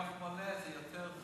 קמח מלא זה יותר זול.